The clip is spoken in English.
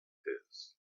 his